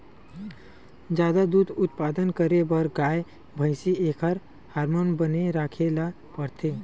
जादा दूद उत्पादन करे बर गाय, भइसी एखर हारमोन बने राखे ल परथे